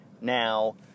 Now